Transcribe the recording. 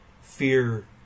fear